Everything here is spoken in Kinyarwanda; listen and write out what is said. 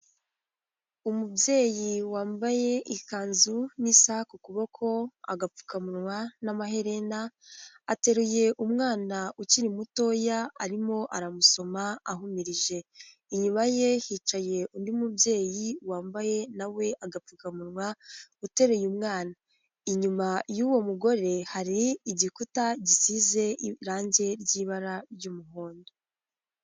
Umubyeyi wambaye ikanzu n'isaha ku kuboko agapfukamunwa n'amaherena ateruye umwana ukiri mutoya arimo aramusoma ahumirije, inyuma ye hicaye undi mubyeyi wambaye nawe agapfukamunwa uteruye umwana, inyuma y'uwo mugore hari igikuta gisize irangi ry'ibara ry'umuhondo.